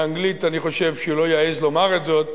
באנגלית אני חושב שהוא לא יעז לומר את זאת,